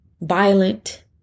violent